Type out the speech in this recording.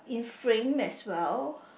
framed as well